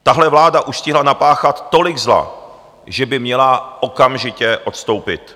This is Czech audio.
Tahle vláda už stihla napáchat tolik zla, že by měla okamžitě odstoupit.